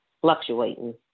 fluctuating